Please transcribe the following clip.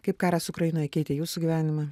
kaip karas ukrainoje keitė jūsų gyvenimą